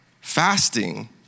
fasting